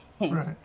Right